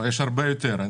יש הרבה יותר.